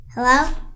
Hello